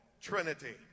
trinity